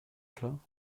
klar